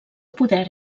poder